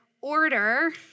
order